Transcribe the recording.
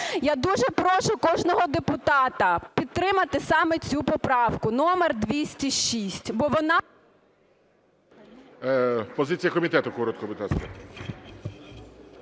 Я дуже прошу кожного депутата підтримати саме цю поправку номер 206.